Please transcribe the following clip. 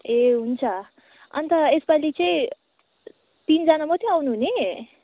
ए हुन्छ अन्त यस पालि चाहिँ तिनजना मात्रै आउनुहुने